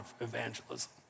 evangelism